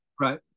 right